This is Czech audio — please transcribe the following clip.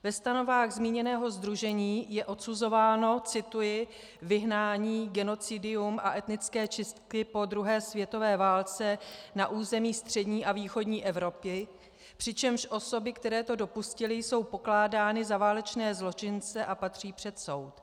Ve stanovách zmíněného sdružení je odsuzováno cituji vyhnání, genocidium a etnické čistky po druhé světové válce na území střední a východní Evropy, přičemž osoby, které to dopustily, jsou pokládány za válečné zločince a patří před soud.